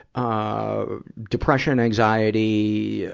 ah, depression, and anxiety, yeah